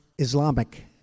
Islamic